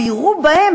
ויראו בהם,